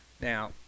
Now